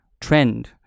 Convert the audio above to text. trend